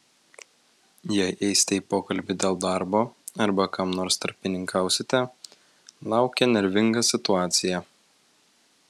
jei eisite į pokalbį dėl darbo arba kam nors tarpininkausite laukia nervinga situacija